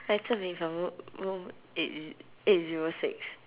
来证明 if you're ro~ ro~ eight z~ eight zero six